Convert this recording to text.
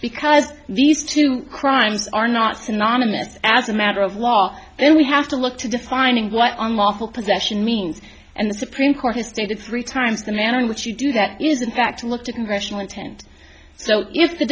because these two crimes are not synonymous as a matter of law then we have to look to defining what unlawful possession means and the supreme court has stated three times the manner in which you do that is in fact looked at congressional intent so if the